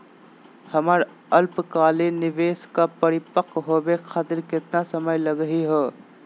हमर अल्पकालिक निवेस क परिपक्व होवे खातिर केतना समय लगही हो?